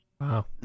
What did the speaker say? Wow